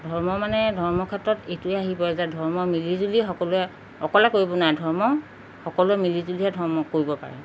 ধৰ্ম মানে ধৰ্ম ক্ষেত্ৰত এইটোৱেই আহি পৰে যে ধৰ্ম মিলি জুলি সকলোৱে অকলে কৰিব নোৱাৰে ধৰ্ম সকলোৱে মিলি জুলিয়ে ধৰ্ম কৰিব পাৰে